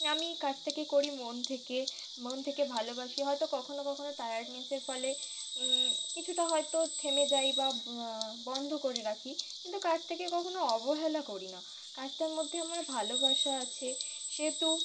আমি কাজটাকে করি মন থেকে মন থেকে ভালোবাসি হয়তো কখনো কখনো টায়ার্ডনেসের ফলে কিছুটা হয়তো থেমে যাই বা বন্ধ করে রাখি কিন্তু কাজটাকে কখনও অবহেলা করি না কাজটার মধ্যে আমার ভালোবাসা আছে সেহেতু